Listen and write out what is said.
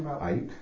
Eight